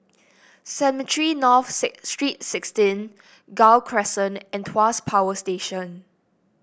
Cemetry North Street sixteen Gul Crescent and Tuas Power Station